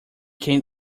can